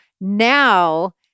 now